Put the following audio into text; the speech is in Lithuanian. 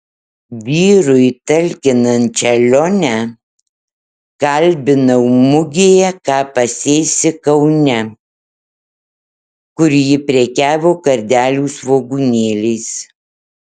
vyrui talkinančią lionę kalbinau mugėje ką pasėsi kaune kur ji prekiavo kardelių svogūnėliais